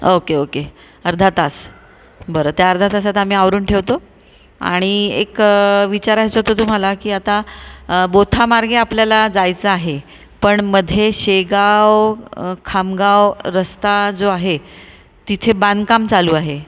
okay okay अर्धा तास बरं त्या अर्ध्या तासात आम्ही आवरून ठेवतो आणि एक विचारायचं होतं तुम्हाला की आता बोथामार्गे आपल्याला जायचं आहे पण मध्ये शेगाव खामगाव रस्ता जो आहे तिथे बांधकाम चालू आहे